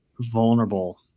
vulnerable